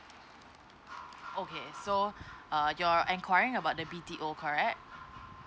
okay so err you're enquiring about the B_T_O correct